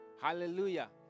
Hallelujah